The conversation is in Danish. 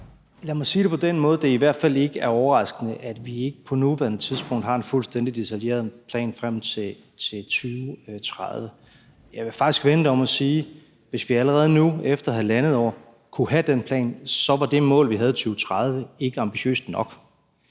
Lad mig sige det på den måde, at det i hvert fald ikke er overraskende, at vi ikke på nuværende tidspunkt har en fuldstændig detaljeret plan frem til 2030. Jeg vil faktisk vende det om og sige: Hvis vi allerede nu efter halvandet år kunne have den plan, var det mål, vi havde i 2030, ikke ambitiøst nok.